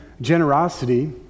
generosity